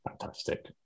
Fantastic